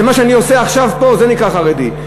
מה שאני עושה עכשיו פה, זה נקרא חרדי.